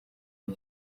ari